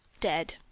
dead